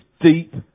deep